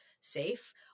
safe